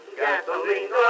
gasoline